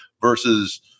versus